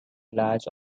large